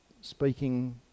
speaking